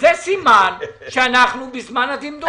זה סימן שאנחנו בזמן הדמדומים.